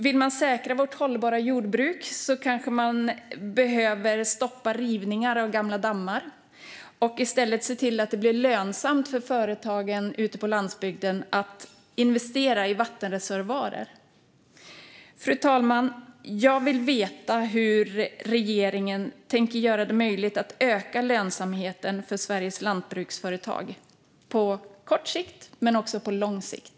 Vill man säkra vårt hållbara jordbruk kanske man behöver stoppa rivningar av gamla dammar och i stället se till att det blir lönsamt för företagen ute på landsbygden att investera i vattenreservoarer. Fru talman! Jag vill veta hur regeringen tänker göra det möjligt att öka lönsamheten för Sveriges lantbruksföretag på kort sikt men också på lång sikt.